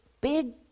big